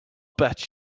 bet